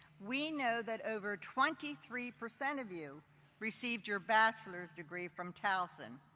we know that over twenty three percent of you received your bachelor's degree from towson,